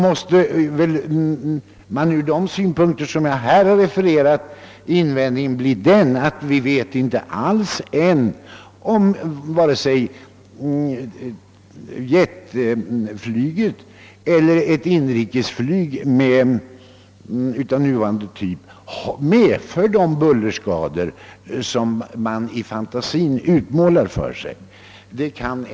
Med tanke på de synpunkter jag nyss anfört måste därtill invändas, att vi ännu så länge inte alls vet om vare sig jetflyget eller ett inrikesflyg av nuvarande typ medför de bullerskador som utmålas i fantasin.